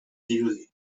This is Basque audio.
dirudi